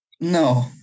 No